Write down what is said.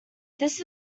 this